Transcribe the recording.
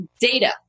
data